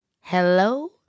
Hello